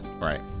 Right